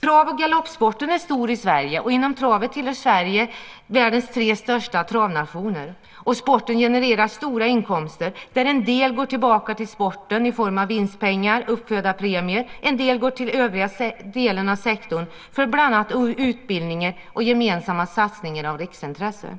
Trav och galoppsporten är stor i Sverige. Inom travet tillhör Sverige världens tre största travnationer. Sporten genererar stora inkomster där en del går tillbaka till sporten i form av vinstpengar och uppfödarpremier. En del går till övriga delar av sektorn för bland annat utbildningen och gemensamma satsningar av riksintresse.